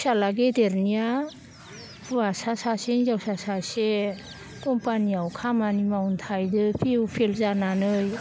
फिसाज्ला गेदेरनिया हुवासा सासे हिनजावसा सासे कम्पानियाव खामानि मावनो थाहैदो पि इउ फेल जानानै